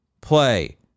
play